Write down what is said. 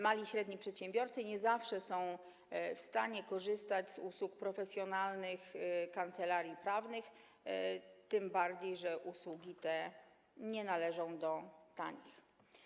Mali i średni przedsiębiorcy nie zawsze są w stanie korzystać z usług profesjonalnych kancelarii prawnych, tym bardziej że usługi te nie należą do tanich.